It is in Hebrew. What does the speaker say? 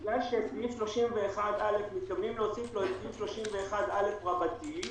בגלל שסעיף 31א, מתכוונים להוסיף לו 31א רבתי,